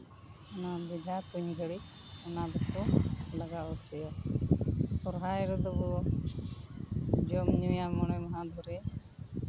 ᱚᱱᱟ ᱵᱳᱡᱷᱟ ᱛᱩᱧ ᱜᱷᱟᱹᱲᱤᱡ ᱚᱱᱟ ᱫᱚᱠᱚ ᱞᱟᱜᱟᱣ ᱦᱚᱪᱚᱭᱟ ᱥᱚᱨᱦᱟᱭ ᱨᱮᱫᱚ ᱡᱚᱢ ᱧᱩᱭᱟ ᱢᱚᱬᱮ ᱢᱟᱦᱟ ᱫᱷᱚᱨᱮ